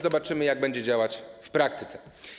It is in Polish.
Zobaczymy, jak to będzie działać w praktyce.